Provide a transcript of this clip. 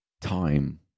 time